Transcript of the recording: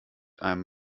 einem